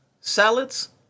salads